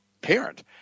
parent